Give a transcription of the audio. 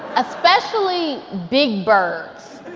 especially big birds,